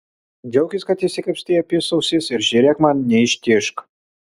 džiaukis kad išsikapstei apysausis ir žiūrėk man neištižk